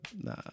Nah